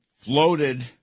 floated